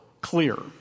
clear